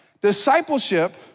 Discipleship